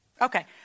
Okay